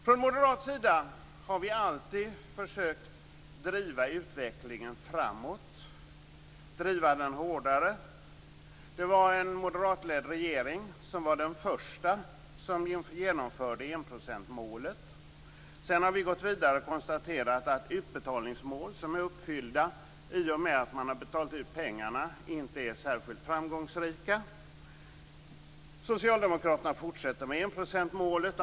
Från moderat sida har vi alltid försökt driva utvecklingen framåt, driva den hårdare. Det var en moderatledd regering som var den första som genomförde enprocentsmålet. Sedan har vi gått vidare och konstaterat att utbetalningsmål som är uppfyllda i och med att man har betalat ut pengarna inte är särskilt framgångsrika. Socialdemokraterna fortsätter med enprocentsmålet.